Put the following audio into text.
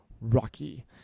Rocky